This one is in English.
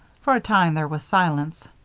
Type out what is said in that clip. for a time there was silence.